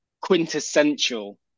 quintessential